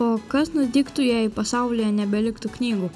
o kas nutiktų jei pasaulyje nebeliktų knygų